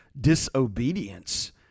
disobedience